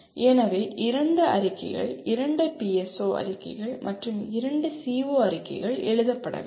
எனவே இரண்டு அறிக்கைகள் இரண்டு பிஎஸ்ஓ அறிக்கைகள் மற்றும் இரண்டு சிஓ அறிக்கைகள் எழுதப்பட வேண்டும்